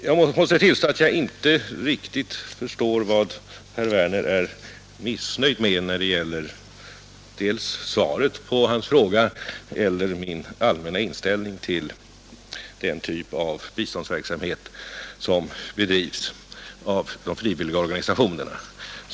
Jag måste tillstå att jag inte riktigt förstår vad herr Werner är missnöjd med när det gäller svaret på hans fråga eller min allmänna inställning till den typ av biståndsverksamhet som bedrivs av de frivilliga organisationerna.